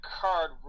card